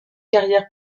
carrière